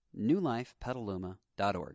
newlifepetaluma.org